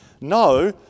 No